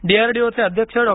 D R D O चे अध्यक्ष डॉ